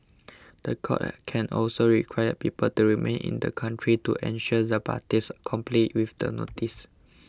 the court can also require people to remain in the country to ensure the parties comply with the notice